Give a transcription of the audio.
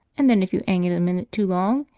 and then if you ang it a minute too long,